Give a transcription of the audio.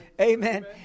Amen